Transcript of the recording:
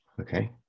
Okay